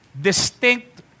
distinct